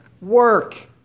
work